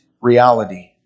reality